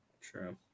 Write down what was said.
True